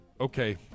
okay